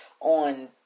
on